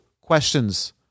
questions